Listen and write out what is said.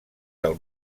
del